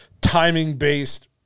timing-based